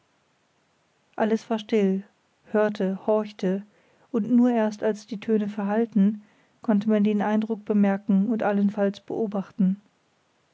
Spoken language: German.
alles war still hörte horchte und nur erst als die töne verhallten konnte man den eindruck bemerken und allenfalls beobachten